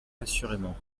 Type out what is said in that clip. assurément